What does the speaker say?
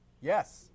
Yes